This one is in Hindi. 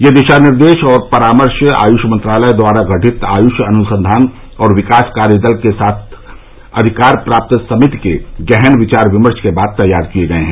यह दिशा निर्देश और परामर्श आयुष मंत्रालय द्वारा गठित आयुष अनुसंघान और विकास कार्य दल के साथ अधिकार प्राप्त समिति के गहन विचार विमर्श के बाद तैयार किए गए हैं